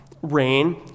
Rain